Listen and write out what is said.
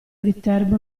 viterbo